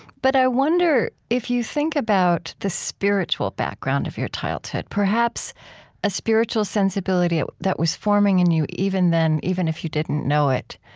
but i wonder, if you think about the spiritual background of your childhood, perhaps a spiritual sensibility that was forming in you even then, even if you didn't know it.